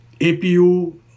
APU